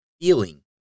feeling